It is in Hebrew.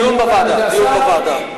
דיון בוועדה.